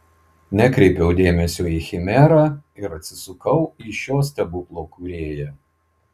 nekreipiau dėmesio į chimerą ir atsisukau į šio stebuklo kūrėją